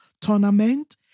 tournament